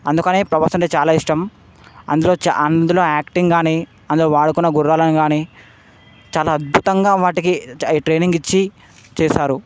అందుకనే ప్రభాస్ అంటే చాలా ఇష్టం అందులో చా అందులో యాక్టింగ్ కానీ అందులో వాడిన గుర్రాలు కానీ చాలా అద్భుతంగా వాటికి ఆ ట్రైనింగ్ ఇచ్చి చేశారు